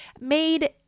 made